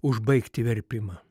užbaigti verpimą